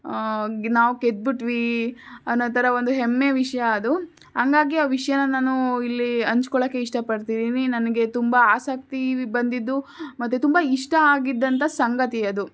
ನಾವು ಗೆದ್ದು ಬಿಟ್ವಿ ಅನ್ನೋ ಥರ ಒಂದು ಹೆಮ್ಮೆಯ ವಿಷಯ ಅದು ಹಾಗಾಗಿ ಆ ವಿಷಯನ ನಾನು ಇಲ್ಲಿ ಹಂಚ್ಕೊಳ್ಳೋಕೆ ಇಷ್ಟ ಪಡ್ತಿದ್ದೀನಿ ನನಗೆ ತುಂಬ ಆಸಕ್ತಿ ಬಂದಿದ್ದು ಮತ್ತೆ ತುಂಬ ಇಷ್ಟ ಆಗಿದ್ದಂತ ಸಂಗತಿ ಅದು